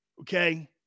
Okay